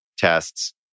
tests